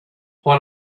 when